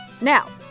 Now